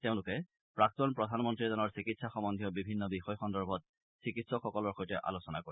তেওঁলোকে প্ৰাক্তন প্ৰধানমন্ত্ৰীজনৰ চিকিৎসা সম্বন্ধীয় বিভিন্ন বিষয় সন্দৰ্ভত চিকিৎসকসকলৰ সৈতে আলোচনা কৰে